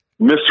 Mr